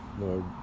Lord